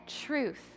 truth